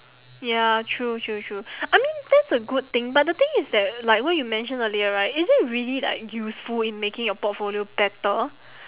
ya true true true I mean that's a good thing but the thing is that like what you mentioned earlier right is it really like useful in making your portfolio better